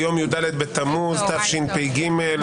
היום י"ד בתמוז תשפ"ג,